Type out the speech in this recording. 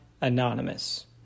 Anonymous